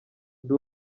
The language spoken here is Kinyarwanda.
ndi